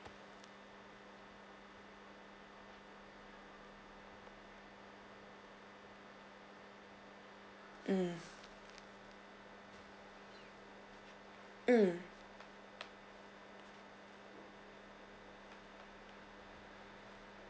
mm mm